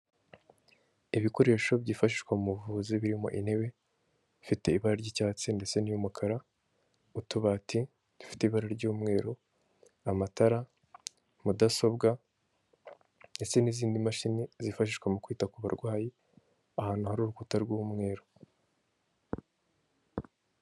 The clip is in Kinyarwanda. Ibikoresho byifashishwa mu buvuzi birimo intebe, bifite ibara ry'icyatsi ndetse n'iy'umukara, utubati dufite ibara ry'umweru, amatara, mudasobwa ndetse n'izindi mashini zifashishwa mu kwita ku barwayi, ahantu hari urukuta rw'umweru.